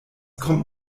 kommt